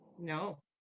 No